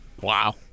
Wow